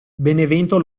benevento